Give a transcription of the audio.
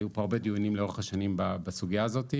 היו פה הרבה דיונים לאורך השנים בסוגיה הזאת.